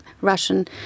Russian